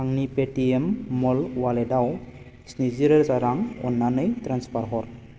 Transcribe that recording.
आंनि पेटिएम म'ल अवालेटाव स्निजि रोजा रां अननानै ट्रेन्सफार हर